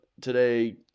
today